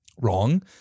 wrong